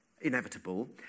inevitable